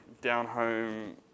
down-home